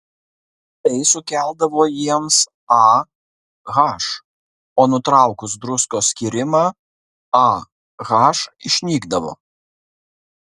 tai sukeldavo jiems ah o nutraukus druskos skyrimą ah išnykdavo